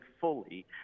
fully